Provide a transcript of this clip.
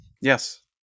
yes